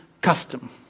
custom